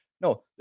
No